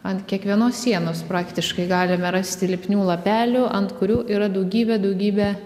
ant kiekvienos sienos praktiškai galime rasti lipnių lapelių ant kurių yra daugybė daugybė